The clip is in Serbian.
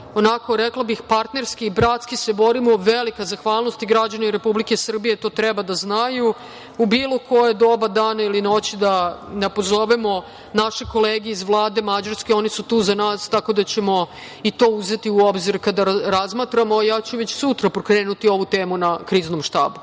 onako, rekla bih, partnerski i bratski se borimo. Velika zahvalnost. Građani Republike Srbije to treba da znaju, u bilo koje doba dana ili noći da pozovemo naše kolege iz Vlade Mađarske, oni su tu za nas, tako da ćemo i to uzeti u obzir kada razmatramo. Ja ću već sutra pokrenuti ovu temu na kriznom štabu.